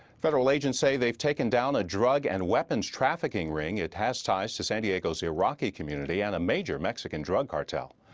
federal agents say they have taken down a drug and weapons trafficking ring. it has ties to san diego's iraqi community and major mexican drug cartel.